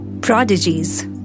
Prodigies